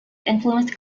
influenced